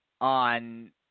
on